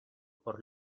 por